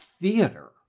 theater